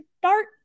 start